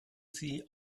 sie